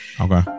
okay